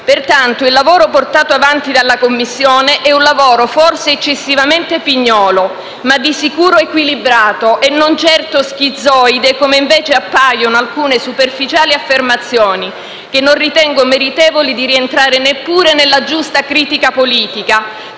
Pertanto il lavoro portato avanti dalla Commissione è un lavoro forse eccessivamente pignolo ma di sicuro equilibrato e non certo schizoide, come invece appaiono alcune superficiali affermazioni che non ritengo meritevoli di rientrare neppure nella giusta critica politica,